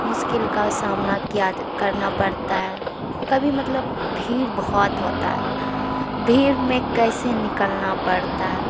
مشکل کا سامنا کیا کرنا پڑتا ہے کبھی مطلب بھیڑ بہت ہوتا ہے بھیڑ میں کیسے نکلنا پڑتا ہے